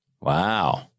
Wow